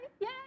Yay